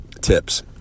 tips